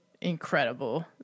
incredible